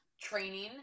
training